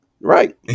right